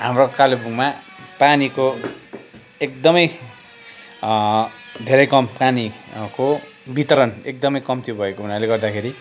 हाम्रो कालेबुङमा पानीको एकदमै धेरै कम पानीको वितरण एकदमै कम्ति भएको हुनाले गर्दाखेरि